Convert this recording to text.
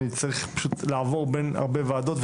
אני צריך פשוט לעבור בין הרבה ועדות,